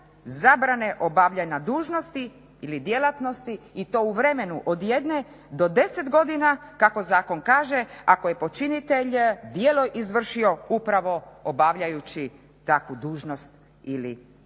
zabrane obavljanja dužnosti ili djelatnosti i to u vremenu od jedne do deset godina kako zakon kaže ako je počinitelj djelo izvršio upravo obavljajući takvu dužnost ili djelatnost.